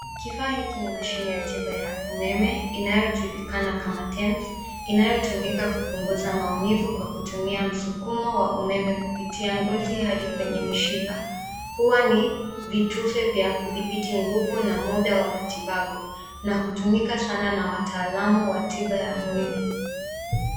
Kifaa hiki ni mashine ya tiba ya umeme inayojulikana kama tens inayotumika kupunguza maumivu kwa kutumia msukumo wa umeme kupitia ngozi hadi kwenye mishipa. Huwa ni vitufe vya kudhibiti nguvu na muda wa matibabu na hutumika sana na wataalamu wa tiba ya mwili.